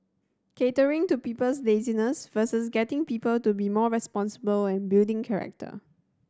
catering to people's laziness versus getting people to be more responsible and building character